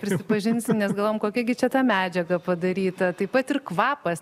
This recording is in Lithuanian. prisipažinsim nes galvojam kokia gi čia ta medžiaga padaryta taip pat ir kvapas